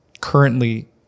currently